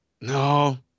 No